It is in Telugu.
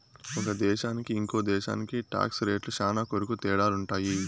ఒక దేశానికి ఇంకో దేశానికి టాక్స్ రేట్లు శ్యానా కొరకు తేడాలుంటాయి